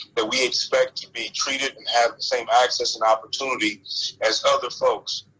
that we expect to be treated and have the same access and opportunities as other folks.